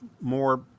more